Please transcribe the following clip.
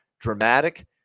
dramatic